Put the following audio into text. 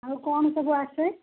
ଆଉ କ'ଣ ସବୁ ଆସେ